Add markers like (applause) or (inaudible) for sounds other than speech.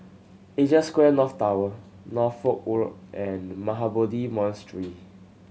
Asia Square North Tower Norfolk (unintelligible) and Mahabodhi Monastery